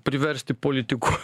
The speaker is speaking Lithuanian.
priversti politikuo